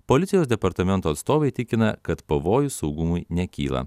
policijos departamento atstovai tikina kad pavojus saugumui nekyla